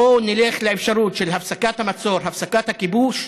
בואו נלך לאפשרות של הפסקת המצור, הפסקת הכיבוש.